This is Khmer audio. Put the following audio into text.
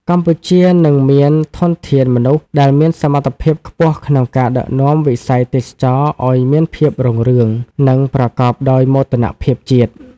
កម្ពុជានឹងមានធនធានមនុស្សដែលមានសមត្ថភាពខ្ពស់ក្នុងការដឹកនាំវិស័យទេសចរណ៍ឱ្យមានភាពរុងរឿង និងប្រកបដោយមោទនភាពជាតិ។